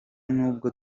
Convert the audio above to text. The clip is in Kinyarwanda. nubwo